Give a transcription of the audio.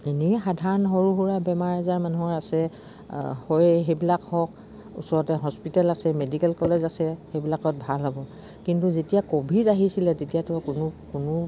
এনেই সাধাৰণ সৰু সুৰা বেমাৰ আজাৰ মানুহৰ আছে হৈয়ে সেইবিলাক হওক ওচৰতে হস্পিটেল আছে মেডিকেল কলেজ আছে সেইবিলাকত ভাল হ'ব কিন্তু যেতিয়া ক'ভিড আহিছিলে তেতিয়াতো কোনো কোনো